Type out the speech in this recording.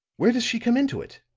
where does she come into it?